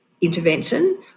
intervention